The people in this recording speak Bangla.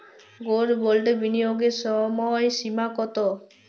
গোল্ড বন্ডে বিনিয়োগের সময়সীমা কতো?